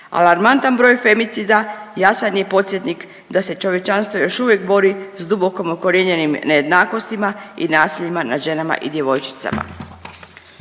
Alarmantan broj femicida jasan je podsjetnik da se čovječanstvo još uvijek bori s duboko ukorijenjenim nejednakostima i nasiljima nad ženama i djevojčicama.